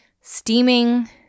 steaming